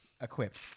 equipped